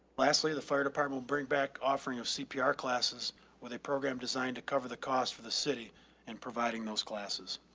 lastly, the fire department will bring back offering of cpr classes where they program designed to cover the costs for the city and providing those classes.